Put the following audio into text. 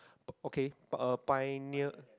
okay uh pioneer